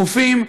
החופים,